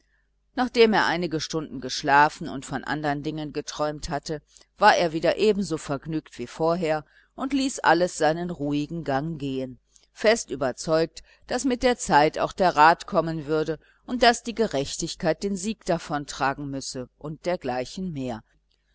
nachdem er einige stunden geschlafen und von andern dingen geträumt hatte war er wieder ebenso vergnügt wie vorher und ließ alles seinen ruhigen gang gehen fest überzeugt daß mit der zeit auch der rat kommen würde daß die gerechtigkeit den sieg davontragen müsse und dergleichen mehr